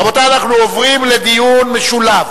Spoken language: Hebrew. רבותי, אנחנו עוברים לדיון משולב